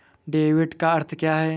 Debit का अर्थ क्या है?